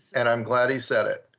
and i'm glad he said it.